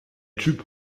typ